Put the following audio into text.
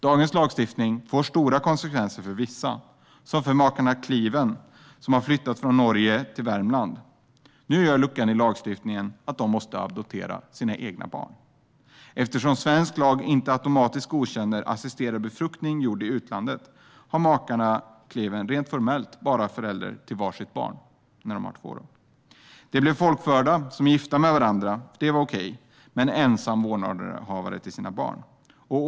Dagens lagstiftning får stora konsekvenser för vissa, som för makarna Kleiven, som har flyttat från Norge till Värmland. Nu gör luckan i lagstiftningen att de måste adoptera sina egna barn. Eftersom svensk lag inte automatiskt godkänner assisterad befruktning gjord i utlandet är makarna Kleiven rent formellt bara föräldrar till var sitt barn - de har två barn. De blev folkbokförda som gifta med varandra. Det var okej. Men de blev ensamma vårdnadshavare till var sitt barn.